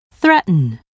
threaten